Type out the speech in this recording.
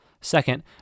Second